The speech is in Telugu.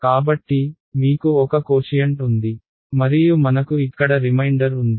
కాబట్టి మీకు ఒక కోషియంట్ ఉంది మరియు మనకు ఇక్కడ రిమైండర్ ఉంది